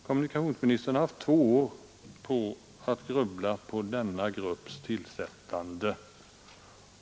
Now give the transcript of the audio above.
Kommunikationsministern har haft två år på sig för att grubbla över denna grupps tillsättande.